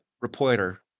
Reporter